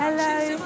Hello